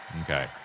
Okay